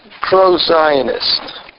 pro-Zionist